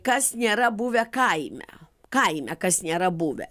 kas nėra buvę kaime kaime kas nėra buvę